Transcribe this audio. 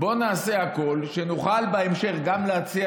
בואו נעשה הכול כדי שנוכל בהמשך גם להציע